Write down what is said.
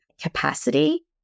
capacity